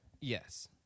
Yes